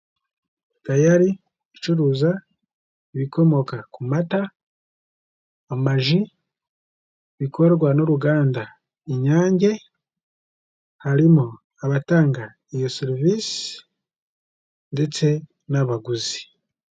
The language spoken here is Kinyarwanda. Dayari icuruza ibikomoka ku mata, amaji, bikorwa n'uruganda Inyange, harimo abatanga iyo serivisi ndetse n'abaguzi.